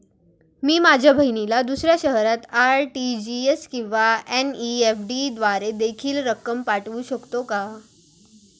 मी माझ्या बहिणीला दुसऱ्या शहरात आर.टी.जी.एस किंवा एन.इ.एफ.टी द्वारे देखील रक्कम पाठवू शकतो का?